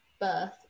birth